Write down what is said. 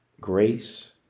Grace